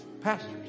pastors